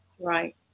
Right